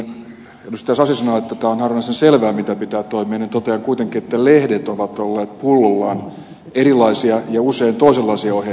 sasi sanoi että tämä on harvinaisen selvää miten pitää toimia niin totean kuitenkin että lehdet ovat olleet pullollaan erilaisia ja usein toisenlaisia ohjeita kuin mitä ed